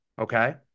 okay